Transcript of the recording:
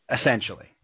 essentially